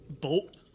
bolt